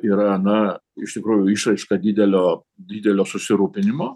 yra na iš tikrųjų išraiška didelio didelio susirūpinimo